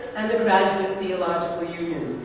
and a graduate of theological union.